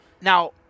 Now